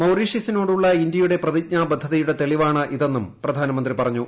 മൌറീഷ്യസിനോടുള്ള ഇന്ത്യയുടെ പ്രതിജ്ഞാബദ്ധതയുടെ തെളിവാണ് ഇതെന്നും പ്രധാനമന്ത്രി പറഞ്ഞു